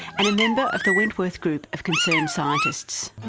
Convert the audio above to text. and a member of the wentworth group of concerned scientists.